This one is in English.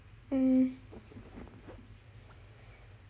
mm